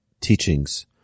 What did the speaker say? teachings